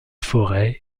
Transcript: forêts